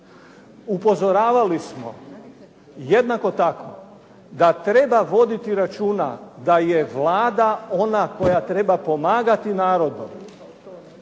Upozoravali smo jednako tako da treba voditi računa da je Vlada ona koja treba pomagati narodu